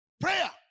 prayer